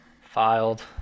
filed